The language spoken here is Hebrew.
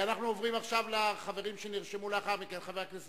אנחנו עוברים עכשיו לחברים שנרשמו לאחר מכן.